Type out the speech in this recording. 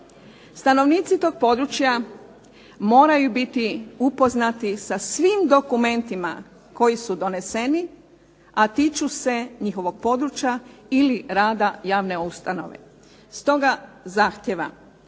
Stanovnici tog područja moraju biti upoznati sa svim dokumentima koji su doneseni, a tiču se njihovog područja ili rada javne ustanove. Stoga zahtjevam